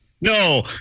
No